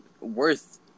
worth